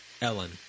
Ellen